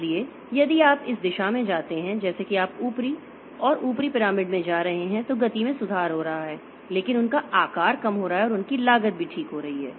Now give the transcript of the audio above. इसलिए यदि आप इस दिशा में जाते हैं जैसे कि आप ऊपरी और ऊपरी पिरामिड में जा रहे हैं तो गति में सुधार हो रहा है लेकिन उनका आकार कम हो रहा है और उनकी लागत भी ठीक हो रही है